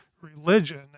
religion